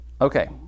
Okay